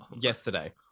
yesterday